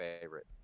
favorite